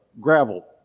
gravel